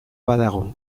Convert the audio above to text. badago